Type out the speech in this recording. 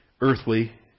earthly